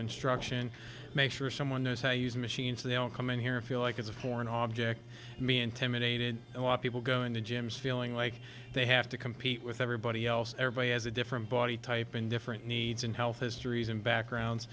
instruction make sure someone knows i use machines they all come in here feel like it's a foreign object me intimidated people go into gyms feeling like they have to compete with everybody else everybody has a different body type and different needs and health histories and backgrounds